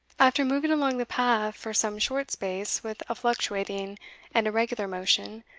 after moving along the path for some short space with a fluctuating and irregular motion,